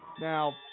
Now